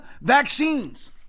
vaccines